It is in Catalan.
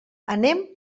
anem